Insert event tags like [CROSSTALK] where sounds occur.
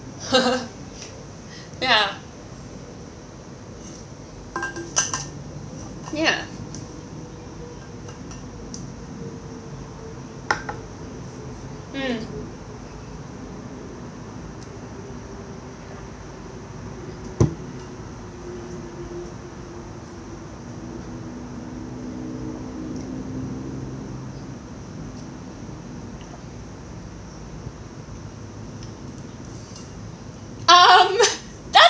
[LAUGHS] ya ya mm um that